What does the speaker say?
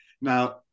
Now